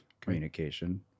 communication